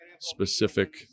specific